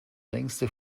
längste